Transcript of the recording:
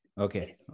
okay